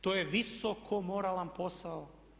To je visoko moralan posao.